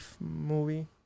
movie